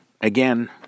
again